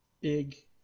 big